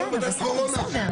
בבקשה.